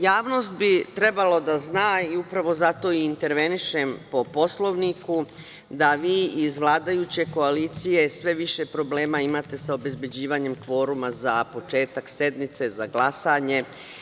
Javnost bi trebalo da zna i upravu zato i intervenišem po Poslovniku, da vi iz vladajuće koalicije sve više problema imate sa obezbeđivanjem kvoruma za početak sednice za glasanje.